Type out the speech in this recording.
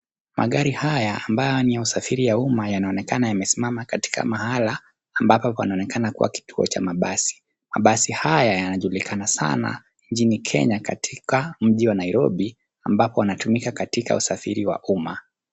Magari haya ambayo ni usafiri ya umma yanaonekana imesimama katika mahala ambapo kunaonekana kuwa kituo cha mabasi. Mabasi haya yanajulikana sana nchini Kenya katika mji wa Nairobi ambako wanatumika katika usafiri wa umma.